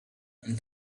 and